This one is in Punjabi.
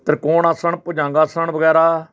ਤ੍ਰਿਕੋਣ ਅਸਣ ਭੁਜੰਗ ਆਸਣ ਵਗੈਰਾ